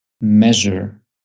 measure